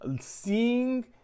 seeing